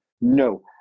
no